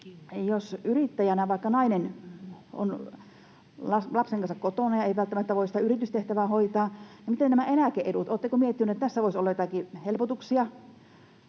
jos yrittäjä, vaikka nainen, on lapsen kanssa kotona eikä välttämättä voi sitä yritystehtävää hoitaa? Oletteko miettineet, että tässä voisi olla joitakin helpotuksia,